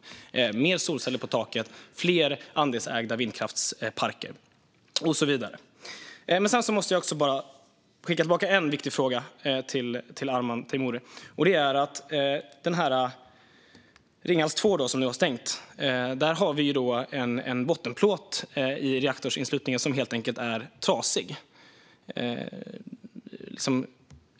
Det handlar om mer solceller på taket, fler andelsägda vindkraftsparker och så vidare. Sedan måste jag bara skicka tillbaka en viktig fråga till Arman Teimouri. När det gäller Ringhals 2, som nu har stängt, har vi en bottenplåt i reaktorsinslutningen som helt enkelt är trasig.